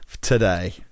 today